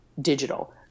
digital